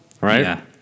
Right